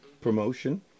promotion